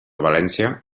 valència